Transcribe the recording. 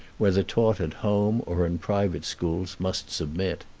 whether taught at home or in private schools, must submit.